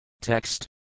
Text